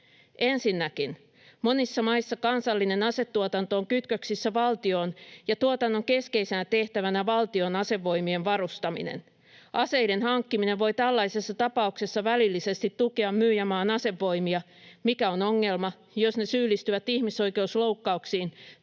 Ensinnäkin monissa maissa kansallinen asetuotanto on kytköksissä valtioon ja tuotannon keskeisenä tehtävänä on valtion asevoimien varustaminen. Aseiden hankkiminen voi tällaisessa tapauksessa välillisesti tukea myyjämaan asevoimia, mikä on ongelma, jos ne syyllistyvät ihmisoikeusloukkauksiin